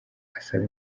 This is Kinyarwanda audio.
asaba